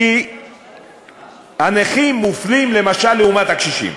כי הנכים מופלים, למשל, לעומת הקשישים.